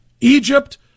Egypt